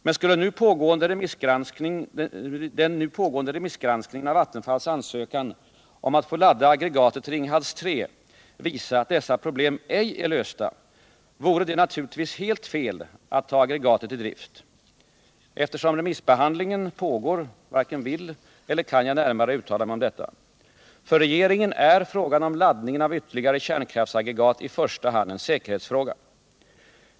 Men skulle den nu pågående remissgranskningen av Vattenfalls ansökan om att få ladda aggregatet Ringhals 3 visa att dessa problem ej är lösta, vore det naturligtvis helt fel att ta aggregatet i drift. Eftersom remissbehandlingen pågår varken vill eller kan jag närmare uttala mig om detta. För regeringen är frågan om laddningen av ytterligare kärnkraftsaggregat i första hand en säkerhetsfråga.